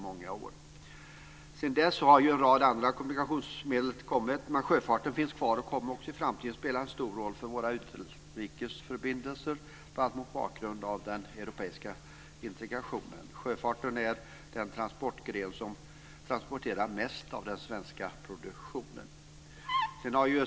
Sedan dess har det kommit en rad nya kommunikationsmedel, men sjöfarten finns kvar och kommer också i framtiden att spela en stor roll för våra utrikes förbindelser, bl.a. mot bakgrund av den europeiska integrationen. Sjöfarten är den transportgren som står för den största delen av transporterna i den svenska produktionen.